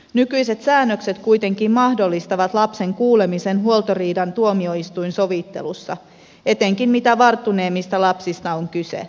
nykyiset säännökset kuitenkin mahdollistavat lapsen kuulemisen huoltoriidan tuomioistuinsovittelussa etenkin mitä varttuneemmista lapsista on kyse